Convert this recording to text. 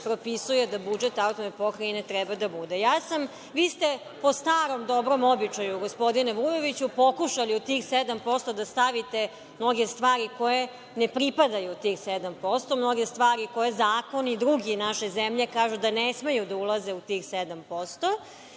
propisuje da budžet AP treba da bude. Vi ste po starom dobrom običaju, gospodine Vujoviću pokušali tih u 7% da stavite mnoge stvari koje ne pripadaju tih 7%, mnoge stvari koje drugi zakoni naše zemlje kažu da ne smeju da ulaze u tih 7%